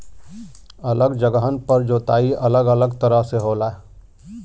अलग जगहन पर जोताई अलग अलग तरह से होला